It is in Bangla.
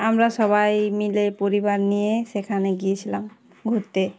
আমরা সবাই মিলে পরিবার নিয়ে সেখানে গিয়েছিলাম ঘুরতে